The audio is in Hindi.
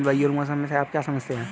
जलवायु और मौसम से आप क्या समझते हैं?